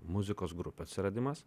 muzikos grupių atsiradimas